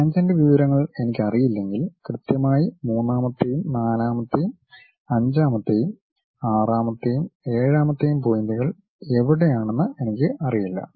tangent വിവരങ്ങൾ എനിക്കറിയില്ലെങ്കിൽ കൃത്യമായി മൂന്നാമത്തെയും നാലാമത്തെയും അഞ്ചാമത്തെയും ആറാമത്തെയും ഏഴാമത്തെയും പോയിന്റുകൾ എവിടെയാണെന്ന് എനിക്കറിയില്ല